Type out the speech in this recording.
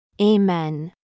Amen